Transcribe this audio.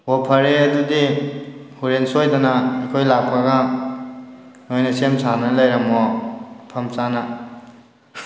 ꯑꯣ ꯐꯔꯦ ꯑꯗꯨꯗꯤ ꯍꯣꯔꯦꯟ ꯁꯣꯏꯗꯅ ꯑꯩꯈꯣꯏ ꯂꯥꯛꯄꯒ ꯅꯣꯏꯅ ꯁꯦꯝ ꯁꯥꯗꯨꯅ ꯂꯩꯔꯝꯃꯣ ꯃꯐꯝ ꯆꯥꯅ